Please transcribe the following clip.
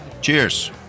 Cheers